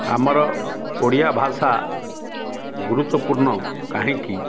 ଆମର ଓଡ଼ିଆ ଭାଷା ଗୁରୁତ୍ୱପୂର୍ଣ୍ଣ କାହିଁକି